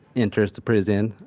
enters the prison,